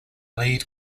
lead